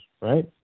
right